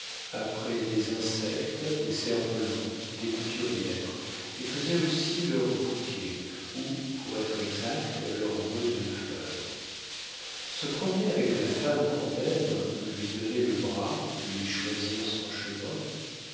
après des insectes des cerfs volants des couturières et faisaient aussi leurs bouquets ou pour être exact leurs bottes de fleurs se promener avec la femme qu'on aime lui donner le bras lui choisir son chemin